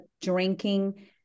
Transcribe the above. drinking